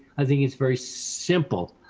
i think it's very simple.